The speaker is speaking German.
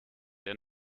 der